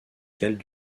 galles